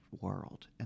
world